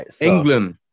England